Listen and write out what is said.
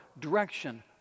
direction